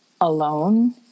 alone